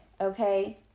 okay